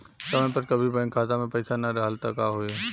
समय पर कभी बैंक खाता मे पईसा ना रहल त का होई?